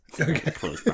Okay